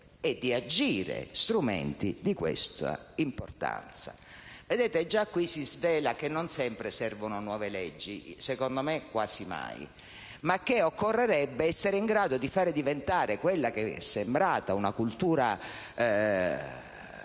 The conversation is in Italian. e di agire strumenti di questa importanza. Vedete, già qui si svela che non sempre servono nuove leggi - secondo me, non servono quasi mai - ma occorrerebbe essere in grado di far diventare quella che è sembrata una cultura